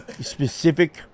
specific